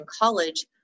college